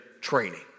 training